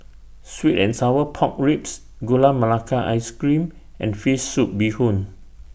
Sweet and Sour Pork Ribs Gula Melaka Ice Cream and Fish Soup Bee Hoon